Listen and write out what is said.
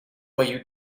voyou